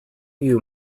you